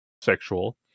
sexual